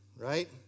Right